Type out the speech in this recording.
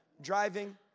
driving